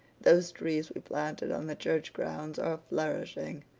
those trees we planted on the church grounds are flourishing,